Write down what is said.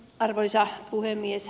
arvoisa puhemies